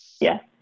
Yes